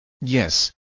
Yes